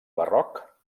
barroc